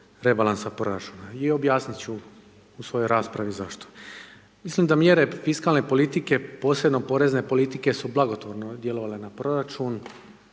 rebalansa proračuna. I objasniti ću u svojoj raspravi zašto. Mislim da mjere fiskalne politike, posebno porezne politike su blagotvorno djelovale na proračun.